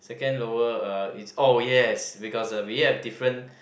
second lower uh is oh yes because uh we have different